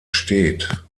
steht